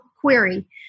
query